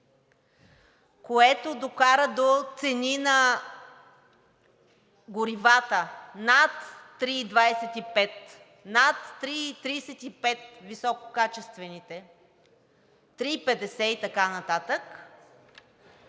което докара до цени на горивата над 3,25, над 3,35 висококачествените, 3,50 и така нататък,